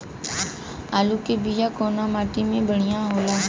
आलू के बिया कवना माटी मे बढ़ियां होला?